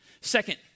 Second